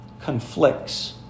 conflicts